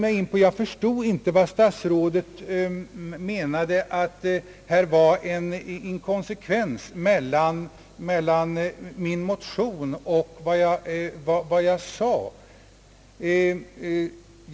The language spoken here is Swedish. Jag förstod inte vad statsrådet menade med att det var en inkonsekvens mellan min motion och vad jag sade.